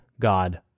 God